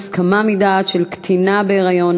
הסכמה מדעת של קטינה בהיריון),